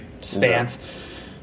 stance